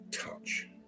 touch